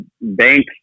banks